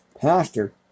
Pastor